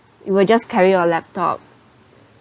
you will just carry your laptop